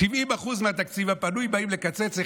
70% מהתקציב הפנוי באים לקצץ,